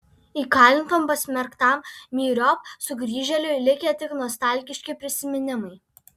įkalintam pasmerktam myriop sugrįžėliui likę tik nostalgiški prisiminimai